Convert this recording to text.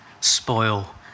spoil